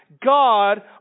God